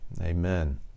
Amen